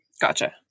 Gotcha